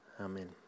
amen